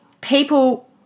people